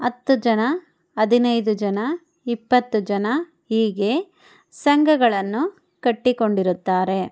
ಹತ್ತು ಜನ ಹದಿನೈದು ಜನ ಇಪ್ಪತ್ತು ಜನ ಹೀಗೆ ಸಂಘಗಳನ್ನು ಕಟ್ಟಿಕೊಂಡಿರುತ್ತಾರೆ